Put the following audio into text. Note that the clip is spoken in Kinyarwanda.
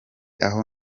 aho